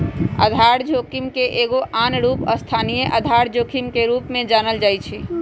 आधार जोखिम के एगो आन रूप स्थानीय आधार जोखिम के रूप में जानल जाइ छै